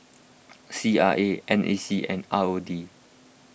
C R A N A C and R O D